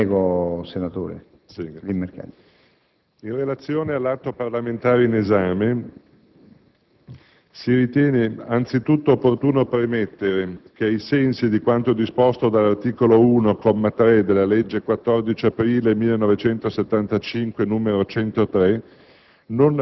Presidente, in relazione all'atto parlamentare in esame si ritiene anzitutto opportuno premettere che, ai sensi di quanto disposto dall'articolo 1, comma 3, della legge 14 aprile 1975, n. 103,